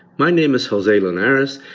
my name is jose linares,